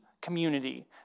community